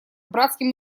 братским